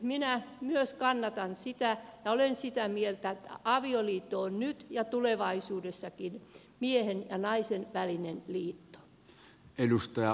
minä myös kannatan sitä ja olen sitä mieltä että avioliitto on nyt ja tulevaisuudessakin miehen ja naisen välinen liitto